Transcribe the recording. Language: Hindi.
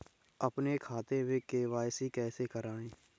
अपने खाते में के.वाई.सी कैसे कराएँ?